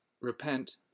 repent